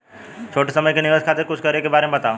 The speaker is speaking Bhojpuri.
छोटी समय के निवेश खातिर कुछ करे के बारे मे बताव?